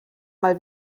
mal